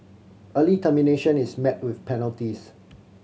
early termination is met with penalties